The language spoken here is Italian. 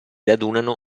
radunano